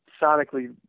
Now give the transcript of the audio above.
sonically